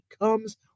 comes